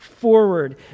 forward